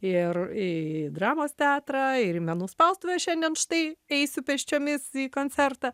ir į dramos teatrą ir į menų spaustuvę šiandien štai eisiu pėsčiomis į koncertą